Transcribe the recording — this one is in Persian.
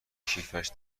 کیفش